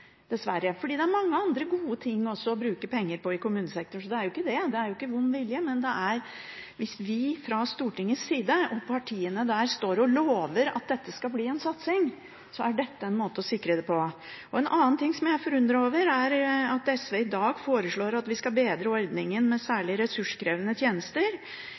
dessverre ikke blitt stillinger. For det er jo også mange andre gode ting å bruke penger på i kommunesektoren. Så det er ikke det, det er ikke vond vilje, men hvis vi fra Stortingets side, partiene der, står og lover at dette skal bli en satsing, så er dette en måte å sikre det på. En annen ting jeg er forundret over: SV foreslår i dag at vi skal bedre ordningen med særlig ressurskrevende tjenester.